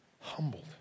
Humbled